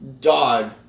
dog